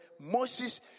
Moses